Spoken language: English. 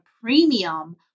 premium